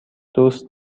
دوست